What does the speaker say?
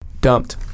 dumped